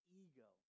ego